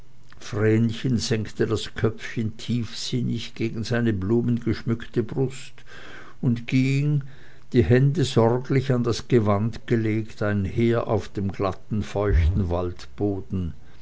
vrenchen senkte das köpfchen tiefsinnig gegen seine blumengeschmückte brust und ging die hände sorglich an das gewand gelegt einher auf dem glatten feuchten waldboden